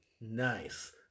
Nice